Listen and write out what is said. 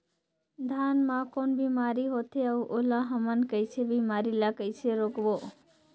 धान मा कौन बीमारी होथे अउ ओला हमन कइसे बीमारी ला कइसे रोकबो?